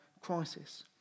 crisis